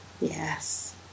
Yes